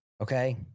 okay